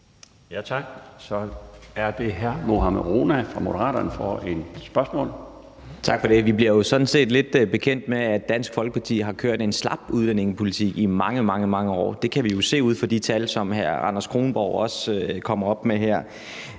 Tak. Så er det hr. Mohammad Rona fra Moderaterne for et spørgsmål. Kl. 17:38 Mohammad Rona (M): Tak for det. Vi bliver jo sådan set gjort lidt bekendt med, at Dansk Folkeparti har kørt en slap udlændingepolitik i mange, mange år. Det kan vi se ud fra de tal, som hr. Anders Kronborg også kom frem med her,